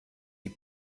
die